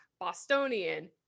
Bostonian